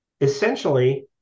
Essentially